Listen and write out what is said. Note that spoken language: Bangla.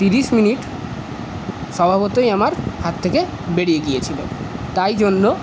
তিরিশ মিনিট স্বভাবতই আমার হাত থেকে বেরিয়ে গিয়েছিল তাই জন্য